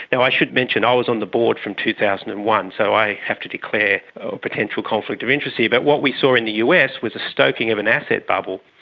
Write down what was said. so i should mention, i was on the board from two thousand and one, so i have to declare a potential conflict of interest here. but what we saw in the us was a stoking of an asset bubble.